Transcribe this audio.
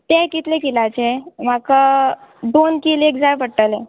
तें कितलें किलाचें म्हाका दोन किल एक जाय पडटलें